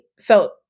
felt